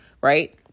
right